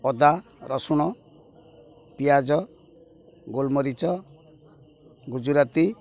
ଅଦା ରସୁଣ ପିଆଜ ଗୋଲମରିଚ ଗୁଜୁରାତି